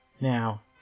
now